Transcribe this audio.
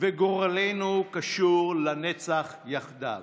וגורלנו קשור לנצח יחדיו.